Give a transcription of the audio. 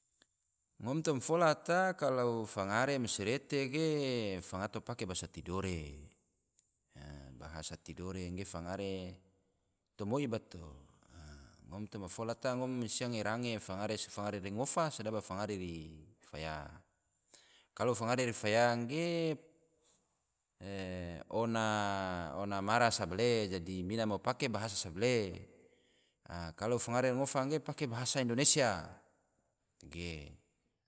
Ngom toa fola ta, kalo fangare masirete ge fangato pake bahasa tidore, bahasa tidore ge fangare tomoi bato toma fola ta ngom mansia ngai range, fangare ma ngofa se fangare ri faya, kalo fangare ri faya ge ona mara sabale dadi mina mo pake bahasa sabale, klo fangare na ngofa ge pake bahasa indonesia